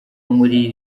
muri